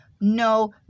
no